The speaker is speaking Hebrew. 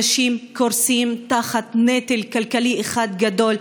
אנשים קורסים תחת נטל כלכלי אחד גדול.